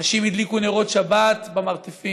נשים הדליקו נרות שבת במרתפים.